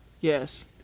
Yes